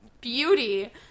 beauty